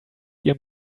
ihrem